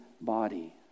body